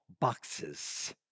boxes